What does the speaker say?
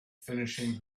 finishing